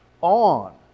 on